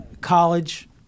college